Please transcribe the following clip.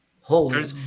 holy